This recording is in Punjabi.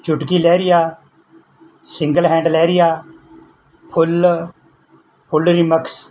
ਚੁਟਕੀ ਲਹਿਰੀਆ ਸਿੰਗਲ ਹੈਂਡ ਲਹਿਰੀਆ ਫੁੱਲ ਫੁੱਲ ਰਿਮਕਸ